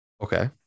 okay